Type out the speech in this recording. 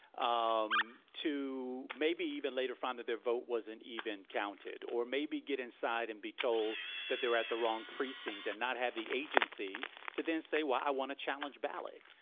um to maybe even later find that their vote wasn't even counted or maybe get inside and be told that at the wrong precinct and not had the agency to then say, why i want a challenge ballot.